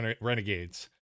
Renegades